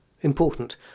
important